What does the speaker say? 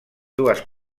dues